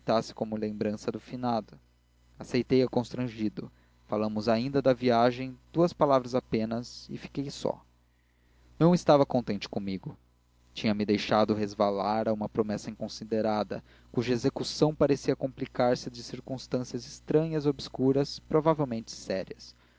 aceitasse como lembrança do finado aceitei a constrangido falamos ainda da viagem duas palavras apenas e fiquei só não estava contente comigo tinha-me deixado resvalar a uma promessa inconsiderada cuja execução parecia complicar se de circunstâncias estranhas e obscuras provavelmente sérias